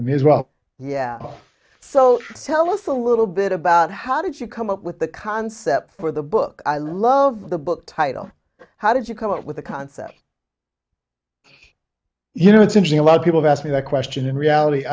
rock yeah so tell us a little bit about how did you come up with the concept for the book i love the book title how did you come up with the concept you know it seems a lot of people have asked me that question in reality